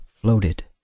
floated